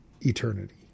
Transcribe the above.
eternity